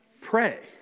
pray